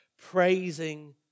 Praising